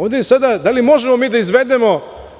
Ovde je sada da li možemo mi da izvedemo,